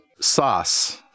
Sauce